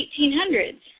1800s